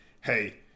hey